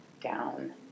down